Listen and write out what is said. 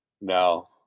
No